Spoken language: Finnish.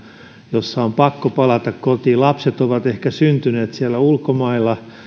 jossa on pakko palata kotiin lapset ovat ehkä syntyneet siellä ulkomailla